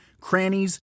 crannies